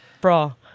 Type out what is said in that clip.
bro